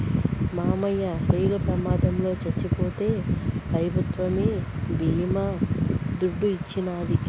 మాయన్న రైలు ప్రమాదంల చచ్చిపోతే పెభుత్వమే బీమా దుడ్డు ఇచ్చినాది